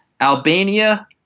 Albania